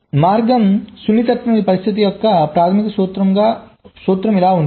మార్గం సున్నితత్వం ఈ పద్ధతి యొక్క ప్రాథమిక సూత్రం ఇలా ఉంటుంది